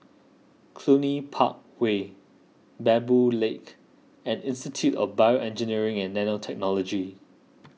Cluny Park Way Baboo Lake and Institute of BioEngineering and Nanotechnology